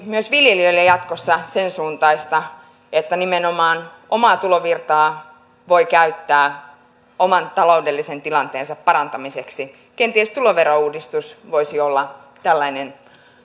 myös viljelijöille jatkossa sen suuntaista että nimenomaan omaa tulovirtaa voi käyttää oman taloudellisen tilanteensa parantamiseksi kenties tuloverouudistus voisi olla tällainen